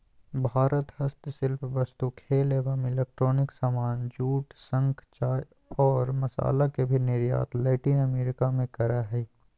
भारत हस्तशिल्प वस्तु, खेल एवं इलेक्ट्रॉनिक सामान, जूट, शंख, चाय और मसाला के भी निर्यात लैटिन अमेरिका मे करअ हय